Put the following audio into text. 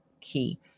key